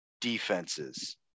defenses